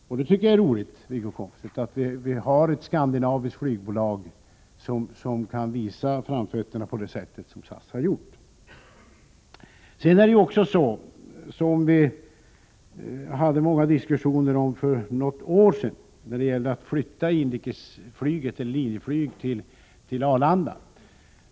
Jag tycker att det är roligt, Wiggo Komstedt, att vi har ett skandinaviskt flygbolag som kan visa framfötterna på det sätt som SAS har gjort. Vi hade många diskussioner för några år sedan när det gällde att flytta inrikesflyget — Linjeflyg — till Arlanda.